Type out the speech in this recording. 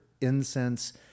incense